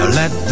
let